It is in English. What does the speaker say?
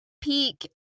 peak